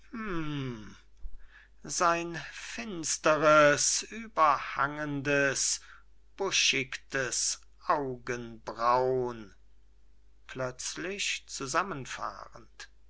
sein finsteres überhangendes buschichtes augenbraun plötzlich zusammen